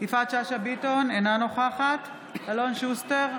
יפעת שאשא ביטון, אינה נוכחת אלון שוסטר,